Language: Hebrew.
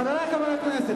חברי חברי הכנסת,